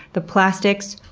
the plastics,